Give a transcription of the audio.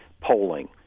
polling